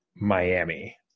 Miami